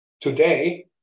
today